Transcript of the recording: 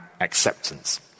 acceptance